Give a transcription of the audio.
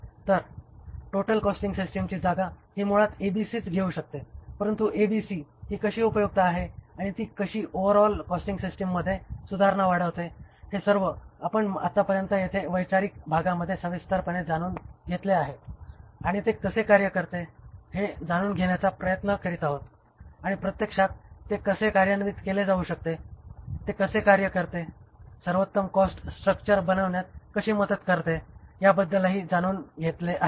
तर total costing सिस्टिमची जागा ही मुळात एबीसीच घेऊ शकते परंतु एबीसी ही कशी उपयुक्त आहे आणि ती कशी ओव्हरऑल कॉस्टिंग सिस्टिममध्ये सुधारणा वाढवते हे सर्व आपण आतापर्यंत येथे वैचारिक भागामध्ये सविस्तरपणे जाणून घेतले आहे आणि ते कसे कार्य करते हे जाणून घेण्याचा प्रयत्न करीत आहोत आणि प्रत्यक्षात ते कसे कार्यान्वित केले जाऊ शकते ते कसे कार्य करते सर्वोत्तम कॉस्ट स्ट्रक्चर बनविण्यात कशी मदत करते याबद्दलही जाणून घेतले आहे